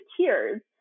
tears